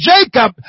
Jacob